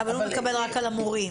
אבל הוא מקבל רק על המורים.